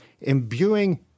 imbuing